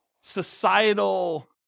societal